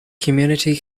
community